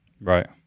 Right